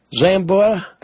Zambora